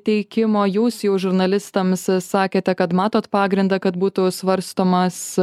teikimo jūs jau žurnalistams sakėte kad matot pagrindą kad būtų svarstomas